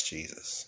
Jesus